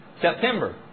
September